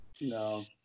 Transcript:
No